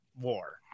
war